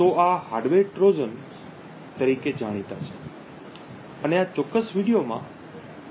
તો આ Hardware Trojans hardware Trojan તરીકે જાણીતા છે અને આ ચોક્કસ વિડિઓમાં આ ચર્ચાનો વિષય હશે